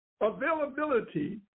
availability